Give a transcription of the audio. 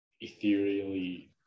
ethereally